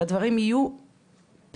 שהדברים יהיה פרפקטו.